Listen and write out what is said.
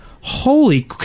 holy